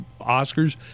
Oscars